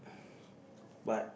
but